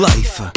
Life